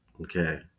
Okay